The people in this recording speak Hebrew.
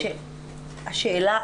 השאלה,